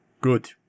Good